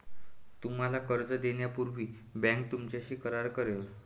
तुम्हाला कर्ज देण्यापूर्वी बँक तुमच्याशी करार करेल